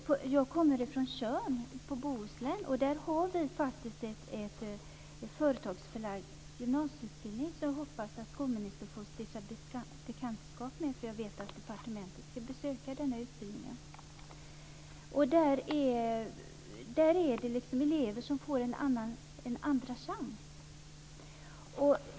Jag kommer från Tjörn i Bohuslän. Där har vi en företagsförlagd gymnasieutbildning som jag hoppas att skolministern ska få stifta bekantskap med. Jag vet nämligen att man från departementet ska besöka denna utbildning. Där finns det elever som liksom får en andra chans.